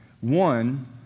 One